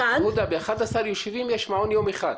ב-11 יישובים, יש מעון יום אחד.